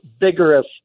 vigorous